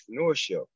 entrepreneurship